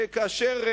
שכאשר,